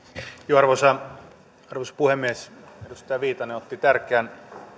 arvoisa puhemies edustaja viitanen otti tärkeän